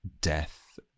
death